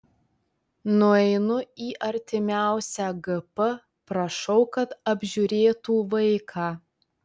nueinu į artimiausią gp prašau kad apžiūrėtų vaiką